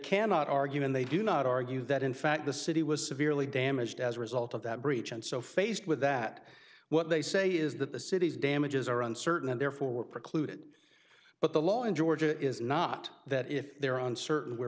cannot argue and they do not argue that in fact the city was severely damaged as a result of that breach and so faced with that what they say is that the city's damages are uncertain and therefore we're precluded but the law in georgia is not that if there are uncertain where